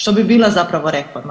Što bi bila zapravo reforma.